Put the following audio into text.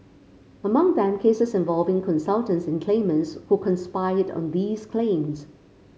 among them cases involving consultants and claimants who conspired on these claims